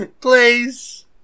Please